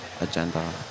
agenda